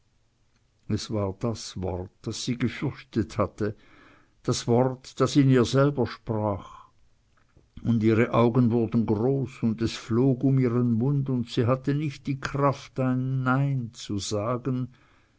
es war das wort das sie gefürchtet hatte das wort das in ihr selber sprach und ihre augen wurden groß und es flog um ihren mund und sie hatte nicht die kraft ein nein zu sagen